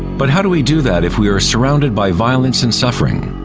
but how do we do that if we are surrounded by violence and suffering?